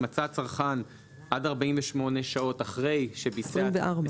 מצא הצרכן עד 48 שעות אחרי --- 24.